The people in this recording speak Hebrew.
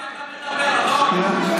על מה אתה מדבר, אדון?